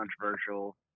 controversial